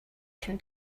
can